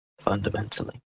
fundamentally